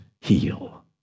heal